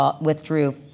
withdrew